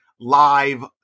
live